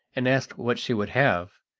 and asked what she would have.